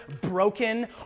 broken